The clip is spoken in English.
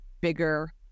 bigger